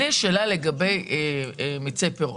יש לי שאלה לגבי מיצי פירות.